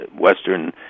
Western